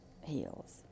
heals